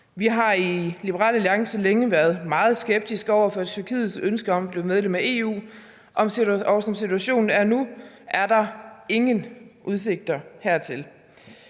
Vi har i Liberal Alliance længe været meget skeptiske over for Tyrkiets ønske om at blive medlem af EU, og som situationen er nu, er der ingen udsigter hertil.